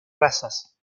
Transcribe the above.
razas